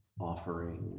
offering